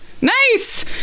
Nice